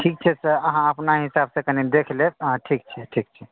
ठीक छै सर अहाँ अपना हिसाबसँ कनि देख लेब हँ ठीक छै ठीक छै